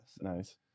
nice